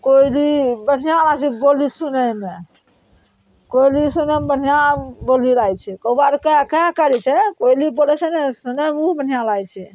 कोयली बढ़िआँ लागय छै बोली सुनयमे कोयली सुनयमे बढ़िआँ बोली लागय छै कौआ आर कैं कैं करय छै कोयली बोलय छै ने सुनयमे उ बढ़िआँ लागय छै